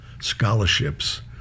scholarships